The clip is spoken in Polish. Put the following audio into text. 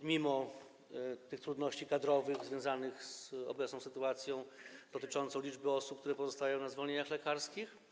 mimo trudności kadrowych związanych z obecną sytuacją dotyczącą liczby osób, które pozostają na zwolnieniach lekarskich.